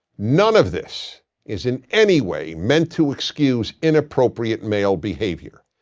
none of this is in any way meant to excuse inappropriate male behavior.